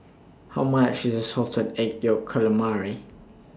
How much IS Salted Egg Yolk Calamari